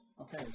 Okay